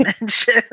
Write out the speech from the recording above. mention